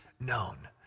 known